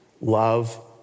love